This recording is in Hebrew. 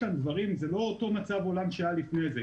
זה לא אותו מצב עולם היה לפני כן.